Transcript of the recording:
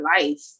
life